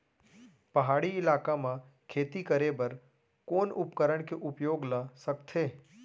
पहाड़ी इलाका म खेती करें बर कोन उपकरण के उपयोग ल सकथे?